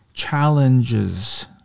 challenges